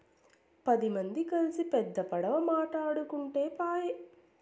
పది మంది కల్సి పెద్ద పడవ మాటాడుకుంటే పాయె